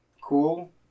cool